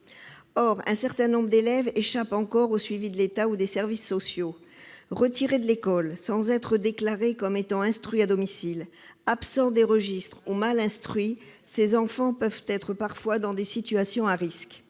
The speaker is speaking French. Or un certain nombre d'élèves échappent encore au suivi de l'État ou des services sociaux. Retirés de l'école, sans être déclarés comme étant instruits à domicile, absents des registres ou mal instruits, ces enfants peuvent parfois être dans des situations à risque.